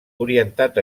orientat